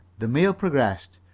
the meal progressed.